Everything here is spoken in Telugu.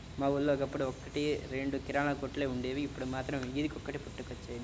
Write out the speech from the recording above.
మా ఊళ్ళో ఒకప్పుడు ఒక్కటి రెండు కిరాణా కొట్లే వుండేవి, ఇప్పుడు మాత్రం వీధికొకటి పుట్టుకొచ్చాయి